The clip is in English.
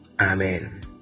Amen